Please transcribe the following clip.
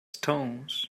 stones